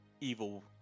evil